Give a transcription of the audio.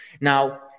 Now